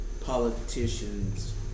politicians